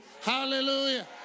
hallelujah